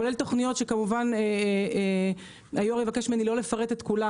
כולל תוכניות שכמובן היו"ר יבקש ממני לא לפרט את כולם,